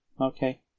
Okay